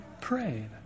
prayed